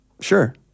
sure